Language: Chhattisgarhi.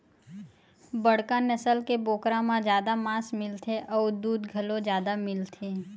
बड़का नसल के बोकरा म जादा मांस मिलथे अउ दूद घलो जादा मिलथे